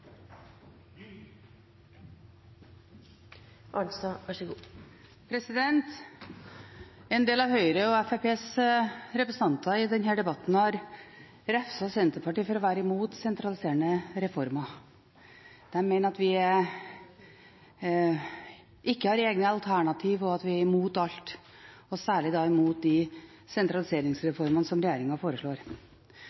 En del av Høyres og Fremskrittspartiets representanter har i denne debatten refset Senterpartiet for å være imot sentraliserende reformer. De mener at vi ikke har egne alternativer, og at vi er imot alt, særlig imot de sentraliseringsreformene som regjeringen foreslår.